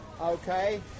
Okay